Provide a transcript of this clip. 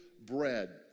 bread